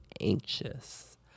anxious